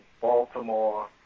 Baltimore